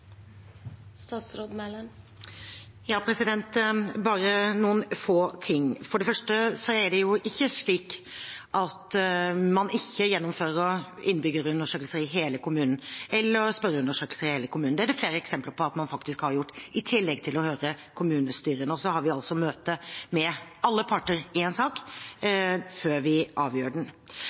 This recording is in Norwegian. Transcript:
Bare noen få ting: For det første er det ikke slik at man ikke gjennomfører innbyggerundersøkelser eller spørreundersøkelser i hele kommunen. Det er det flere eksempler på at man faktisk har gjort. I tillegg til å høre kommunestyrene har vi altså møte med alle parter i en sak før vi avgjør den.